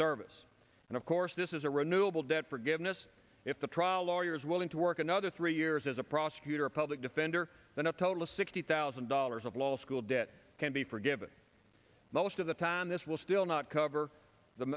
service and of course this is a renewable debt forgiveness if the trial lawyers willing to work another three years as a prosecutor a public defender then a total of sixty thousand dollars of law school debt can be forgiven most of the time this will still not cover the